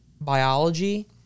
biology